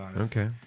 Okay